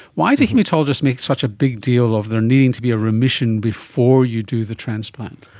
why do haematologists make such a big deal of their needing to be a remission before you do the transplant?